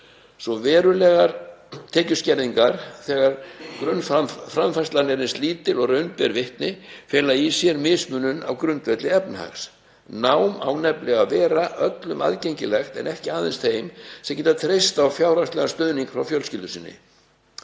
Svo verulegar tekjuskerðingar, þegar grunnframfærslan er eins lítil og raun ber vitni, fela í sér mismunun á grundvelli efnahags. Nám á að vera öllum aðgengilegt en ekki aðeins þeim sem geta treyst á fjárhagslegan stuðning frá fjölskyldu sinni.